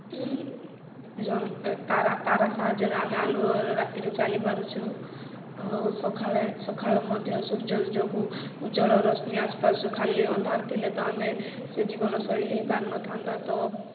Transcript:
ତାରା ତାରା ସାହାଯ୍ୟରେ ଆମେ ଆଲୁଅ ରାତିରେ ଚାଲିପାରୁଛୁ ଆଉ ସକାଳେ ସକାଳ ମଧ୍ୟ ସୂର୍ଯ୍ୟ ଯୋଗୁଁ ଉଜ୍ଜଳ ରଶ୍ନି ଆସି ପାରୁଛି ଖାଲି ଅନ୍ଧାର ଥିଲେ ତ ଆମେ ସେ ଜୀବନଶୈଳୀ ହୋଇପାରୁନଥାନ୍ତା ତ